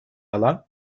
alan